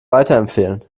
weiterempfehlen